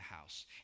house